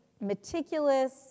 meticulous